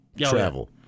travel